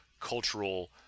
cultural